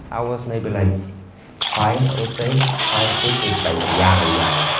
i was maybe like five, i would say, five, six, it's like young, young.